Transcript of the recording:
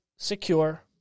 Secure